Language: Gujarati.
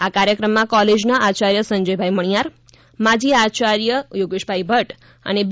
આ કાર્યક્રમમાં કોલેજનાં આચાર્ય સંજયભાઇ મણિયાર માજી આચાર્ય યોગેશભાઇ ભદ્દ બી